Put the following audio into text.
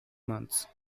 months